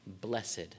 blessed